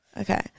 Okay